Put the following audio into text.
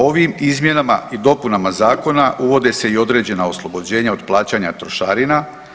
Ovim izmjenama i dopunama zakona uvode se i određena oslobođenja od plaćanja trošarina.